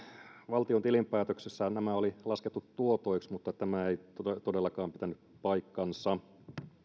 valtion tilinpäätöksessä nämä oli laskettu tuotoiksi mutta tämä ei todellakaan pitänyt paikkaansa